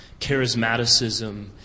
charismaticism